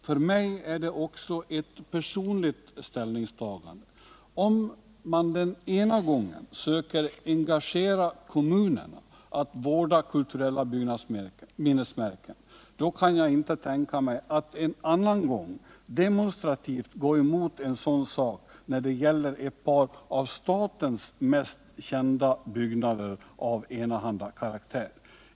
För mig är det också ett personligt ställningstagande. Om man den ena gången söker engagera kommunerna att vårda kulturella byggnadsminnesmärken, så kan jag inte tänka mig att en annan gång demonstrativt gå emot en sådan sak när det gäller ett par av statens mest kända byggnader av enahanda karaktär.